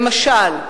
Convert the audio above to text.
למשל,